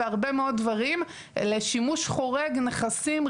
בהרבה מאוד דברים לשימוש חורג נכסים,